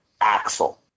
Axel